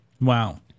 Wow